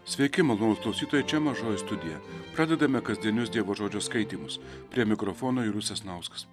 sveiki malonūs klausytojai čia mažoji studija pradedame kasdienius dievo žodžio skaitymus prie mikrofono julius sasnauskas